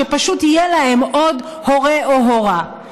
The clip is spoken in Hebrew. שפשוט יהיה להם עוד הורה או הורה.